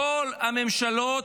כל הממשלות,